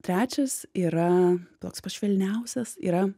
trečias yra toks pats švelniausias yra